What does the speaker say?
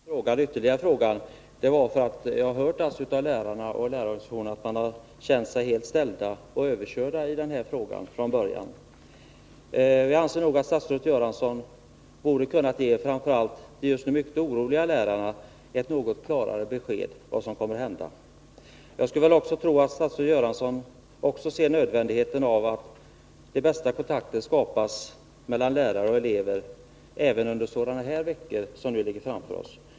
Herr talman! Anledningen till att jag ställde min nya fråga var att jag har hört från lärarna och lärarorganisationerna att de från börjat känt sig helt överspelade i detta sammanhang. Jag anser att statsrådet Göransson borde ha kunnat ge framför allt de mycket oroliga lärarna ett något klarare besked om vad som kommer att hända på denna punkt. Jag skulle tro att också statsrådet Göransson inser nödvändigheten av att de bästa kontakter skapas mellan lärare och elever även under praooch yo-veckor.